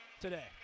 today